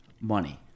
money